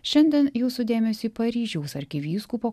šiandien jūsų dėmesiui paryžiaus arkivyskupo